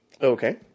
Okay